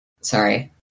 Sorry